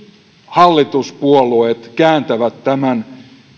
hallituspuolueet kääntävät tämän